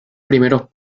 primeros